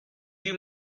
you